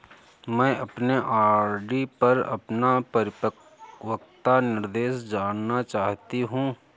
मैं अपने आर.डी पर अपना परिपक्वता निर्देश जानना चाहती हूँ